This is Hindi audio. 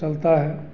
चलता है